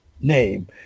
name